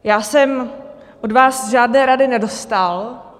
Já jsem od vás žádné rady nedostal.